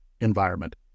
environment